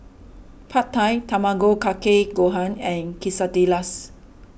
Pad Thai Tamago Kake Gohan and Quesadillas